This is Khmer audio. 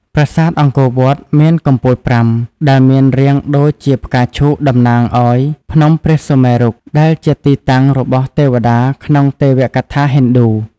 ប្រាសាទអង្គរវត្ត មាន កំពូលប្រាំ ដែលមានរាងដូចជាផ្កាឈូកតំណាងឲ្យ ភ្នំព្រះសុមេរុ ដែលជាទីតាំងរបស់ទេវតាក្នុងទេវកថាហិណ្ឌូ។